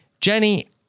jenny